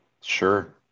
Sure